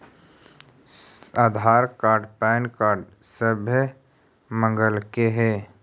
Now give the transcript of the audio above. आधार card PAN card सभे मगलके हे?